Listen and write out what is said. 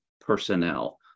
personnel